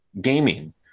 gaming